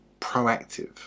proactive